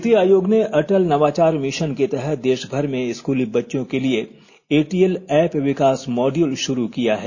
नीति आयोग ने अटल नवाचार मिशन के तहत देशभर में स्कूली बच्चों के लिए एटीएल ऐप विकास मॉडयूल शुरू किया है